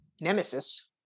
Nemesis